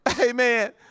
Amen